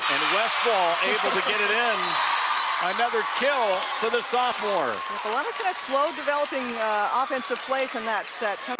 and westphal able to get it in another kill for the sophomore. kind of slow developing offensive plays on that set,